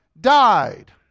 died